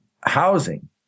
housing